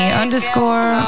underscore